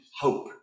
hope